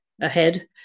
ahead